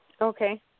Okay